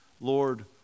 Lord